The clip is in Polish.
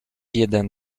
jeden